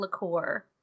liqueur